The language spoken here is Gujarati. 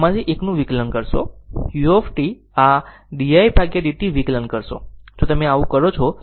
તેથી u આમાંથી એકનું વિકલન કરશો u આ એક d i d t વિકલન કરશો